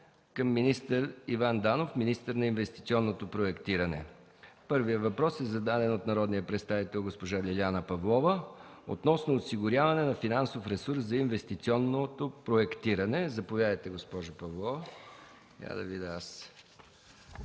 към Иван Данов – министър на инвестиционното проектиране. Първият въпрос е зададен от народния представител госпожа Лиляна Павлова относно осигуряване на финансов ресурс за инвестиционното проектиране. Заповядайте, госпожо Павлова. ЛИЛЯНА